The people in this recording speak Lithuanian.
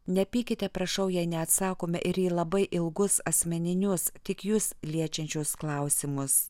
nepykite prašau jei neatsakome ir į labai ilgus asmeninius tik jus liečiančius klausimus